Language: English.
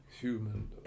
human